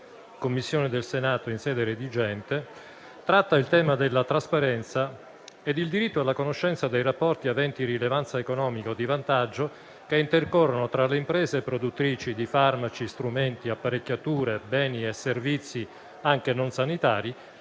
Commissione del Senato in sede redigente, tratta il tema della trasparenza e il diritto alla conoscenza dei rapporti aventi rilevanza economica o di vantaggio che intercorrono tra le imprese produttrici di farmaci, strumenti, apparecchiature, beni e servizi anche non sanitari,